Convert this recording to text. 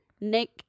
Nick